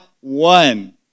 one